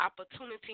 opportunity